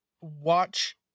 watch